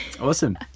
Awesome